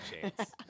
chance